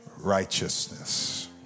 righteousness